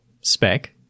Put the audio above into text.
spec